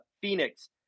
Phoenix